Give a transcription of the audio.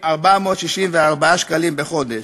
3,464 שקלים בחודש.